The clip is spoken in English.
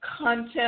content